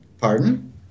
Pardon